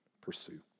Pursue